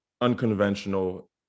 unconventional